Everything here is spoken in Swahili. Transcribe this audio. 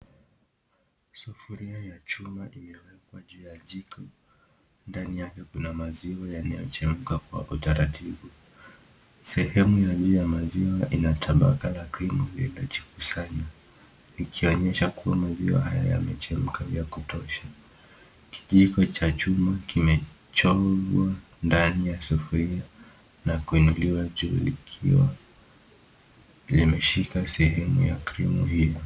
Sufuria ya chuma imewekwa juu ya jiko. Ndani yake kuna maziwa yanayochemka kwa utaratibu. Sehemu ya juu ya maziwa ina tabaka la krimu iliyojikusanya, ikionyesha kuwa maziwa hayo yamechemka vya kutosha. Kijiko cha chuma kimechovya ndani ya sufuria na kuinuliwa juu likiwa limeshika sehemu ya krimu hiyo.